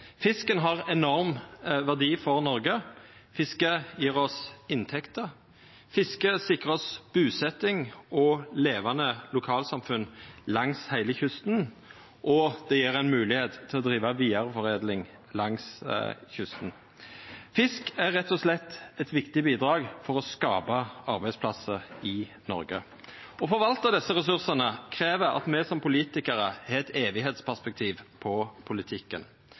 Fisken har enorm verdi for Noreg. Fisket gjev oss inntekter. Fisket sikrar oss busetjing og levande lokalsamfunn langs heile kysten, og det gjev moglegheit til å driva vidareforedling langs kysten. Fisk er rett og slett eit viktig bidrag for å skapa arbeidsplassar i Noreg. Å forvalta desse ressursane krev at me som politikarar har eit æveperspektiv på politikken.